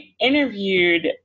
interviewed –